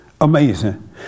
Amazing